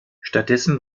stattdessen